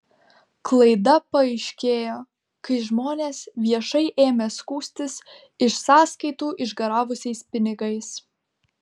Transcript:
klaida paaiškėjo kai žmonės viešai ėmė skųstis iš sąskaitų išgaravusiais pinigais